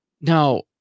Now